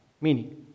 meaning